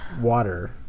water